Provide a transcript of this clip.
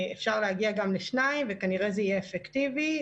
אפשר להגיע גם ל-2 וזה כנראה יהיה אפקטיבי.